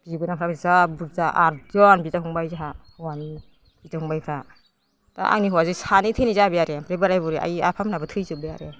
बिबोनांफ्राबो जा बुरजा आदजन बिदा फंबाइ जोंहा हौवानि बिदा फंबाइफ्रा दा आंनि हौवाजों सानै थैनाय जाबाय आरो बे बोराइ बुरै आइ आफा मोनहाबो थैजोबबाय आरो